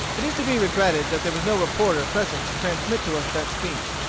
it is to be regretted that there was no reporter present to transmit to us that speech.